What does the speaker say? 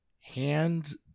hands